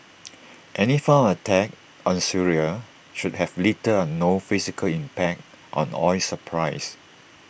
any form of attack on Syria should have little or no physical impact on oil supplies